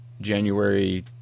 January